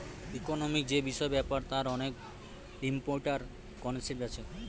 economic যে বিষয় ব্যাপার তার অনেক ইম্পরট্যান্ট কনসেপ্ট আছে